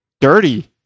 Dirty